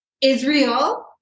Israel